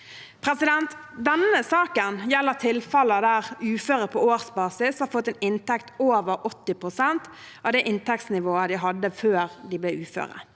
Denne saken gjelder tilfeller der uføre på årsbasis har fått en inntekt på over 80 pst. av det inntektsnivået de hadde før de ble uføre.